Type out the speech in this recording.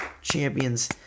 champions